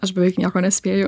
aš beveik nieko nespėju